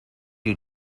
you